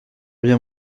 bien